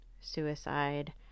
suicide